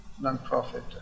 non-profit